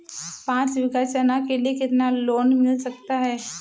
पाँच बीघा चना के लिए कितना लोन मिल सकता है?